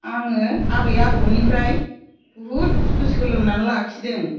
आङो आबै आबौनिफ्राय बहुद बुस्तु सोलोंनानै लाखिदों